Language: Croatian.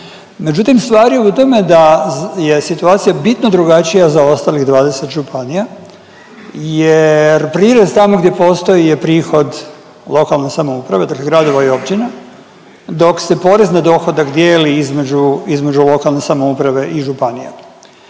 Međutim stvar je u tome da je situacija bitno drugačija za ostalih 20 županija jer prirez tamo gdje postoji je prihod lokalne samouprave, dakle gradova i općina dok se porez na dohodak dijeli između lokalne samouprave i županije.